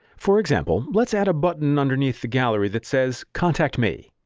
for example, let's add a button underneath the gallery that says contact me.